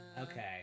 Okay